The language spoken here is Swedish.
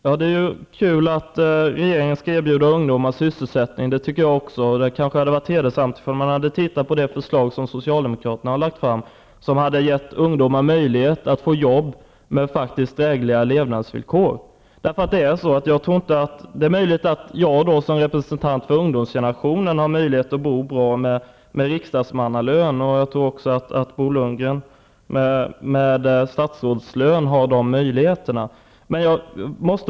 Herr talman! Det är kul att regeringen skall erbjuda ungdomar sysselsättning. Det hade kanske varit hedersamt om regeringen hade tittat på det förslag som Socialdemokraterna lagt fram. Det handlar om att ge ungdomar möjlighet att få arbeten med drägliga levnadsvillkor. Det är möjligt att jag som representant för undomsgenerationen har möjlighet att bo bra med hjälp av min riksdagsmannalön. Jag tror också att Bo Lundgren med sin statsrådslön har de möjligheterna.